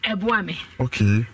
Okay